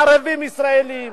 ערבים וישראלים.